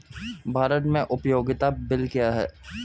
भारत में उपयोगिता बिल क्या हैं?